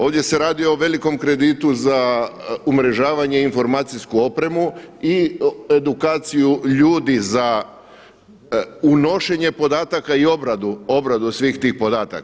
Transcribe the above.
Ovdje se radi o velikom kreditu za umrežavanje informacijsku opremu i edukaciju ljudi za unošenje podataka i obradu svih tih podataka.